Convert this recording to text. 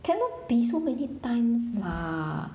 cannot be so many times lah